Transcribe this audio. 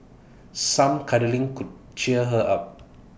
some cuddling could cheer her up